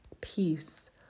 Peace